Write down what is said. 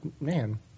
man